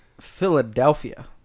Philadelphia